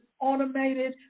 automated